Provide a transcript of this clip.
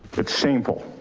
it's shameful.